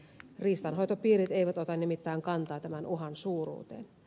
riistanhoitopiirit eivät ota nimittäin kantaa tämän uhan suuruuteen